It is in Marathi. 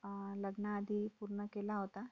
लग्नाआधी पूर्ण केला होता